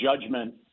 judgment